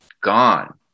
gone